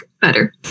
better